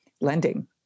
lending